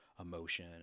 emotion